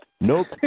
Nope